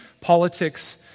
politics